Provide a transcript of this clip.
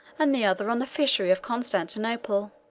and the other on the fishery of constantinople.